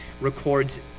records